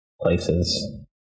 places